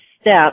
step